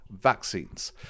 vaccines